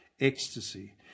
ecstasy